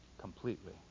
completely